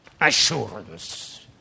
assurance